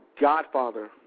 godfather